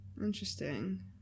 Interesting